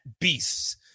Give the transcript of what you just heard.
beasts